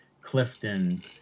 Clifton